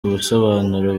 ubusobanuro